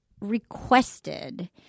requested